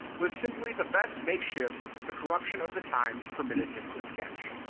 was simply the best makeshift the corruption of the times permitted him to sketch.